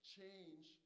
Change